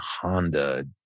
Honda